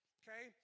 okay